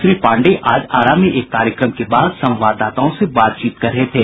श्री पांडेय आज आरा में एक कार्यक्रम के बाद संवाददाताओं से बातचीत कर रहे थे